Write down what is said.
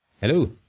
Hello